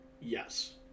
Yes